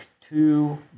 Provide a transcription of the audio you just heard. two